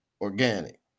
organic